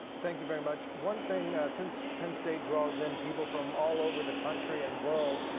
thank you very much. one thing since penn state draws in people from all over the country and world,